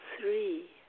three